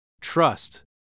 Trust